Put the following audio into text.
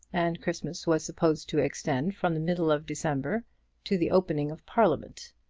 and christmas was supposed to extend from the middle of december to the opening of parliament.